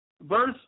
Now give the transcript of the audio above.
Verse